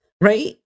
right